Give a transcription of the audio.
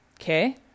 Okay